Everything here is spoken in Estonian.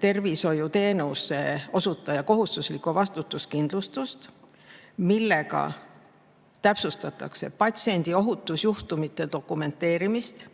tervishoiuteenuse osutaja kohustuslikku vastutuskindlustust, millega täpsustatakse patsiendiohutuse juhtumite dokumenteerimist,